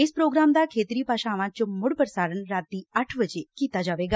ਇਸ ਪ੍ਰੋਗਰਾਮ ਦਾ ਖੇਤਰੀ ਭਾਸ਼ਾਵਾਂ 'ਚ ਮੁੜ ਪ੍ਸਾਰਣ ਰਾਤੀ ਅੱਠ ਵਜੇ ਕੀਤਾ ਜਾਵੇਗਾ